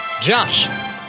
Josh